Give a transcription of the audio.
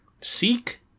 seek